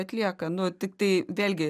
atlieka nu tiktai vėlgi